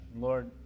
Lord